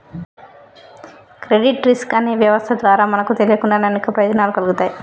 credit risk అనే వ్యవస్థ ద్వారా మనకు తెలియకుండానే అనేక ప్రయోజనాలు కల్గుతాయి